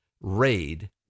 raid